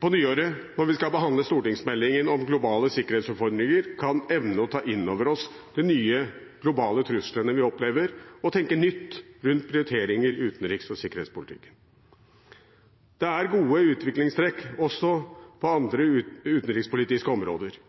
på nyåret, når vi skal behandle stortingsmeldingen om globale sikkerhetsutfordringer, kan evne å ta inn over oss de nye globale truslene vi opplever, og tenke nytt rundt prioriteringer i utenriks- og sikkerhetspolitikken. Det er gode utviklingstrekk også på andre utenrikspolitiske områder.